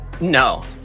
No